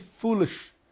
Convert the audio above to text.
foolish